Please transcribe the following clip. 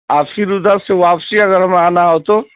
اور پھر ادھر سے واپسی اگر ہمیں آنا ہو تو